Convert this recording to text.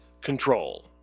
control